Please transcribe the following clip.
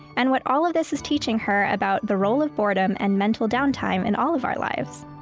and what all of this is teaching her about the role of boredom and mental downtime in all of our lives